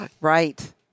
Right